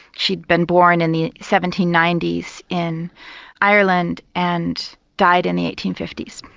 she'd been born in the seventeen ninety s in ireland and died in the eighteen fifty s.